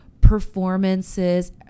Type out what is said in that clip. performances